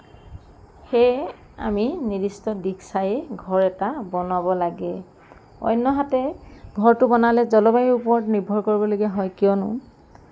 সেয়ে আমি নিৰ্দিষ্ট দিশ চাই ঘৰ এটা বনাব লাগে অন্যহাতে ঘৰটো বনালে জলবায়ুৰ ওপৰত নিৰ্ভৰ কৰিব লগা হয় কিয়নো